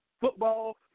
football